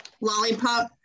Lollipop